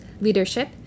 leadership